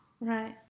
Right